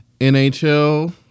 NHL